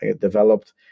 developed